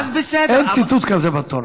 לא ציטוט, בסדר, אין ציטוט כזה בתורה.